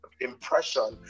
impression